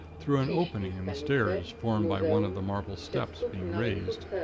through an opening in the stairs, formed by one of the marble steps being raised.